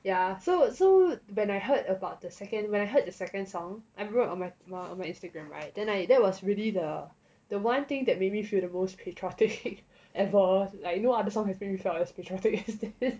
ya so so when I heard about the second when I heard the second song I wrote on my my my instagram [right] then I that was really the the one thing that made me feel the most patriotic ever like you know like all my friends though I was patriotic as fuck